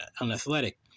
unathletic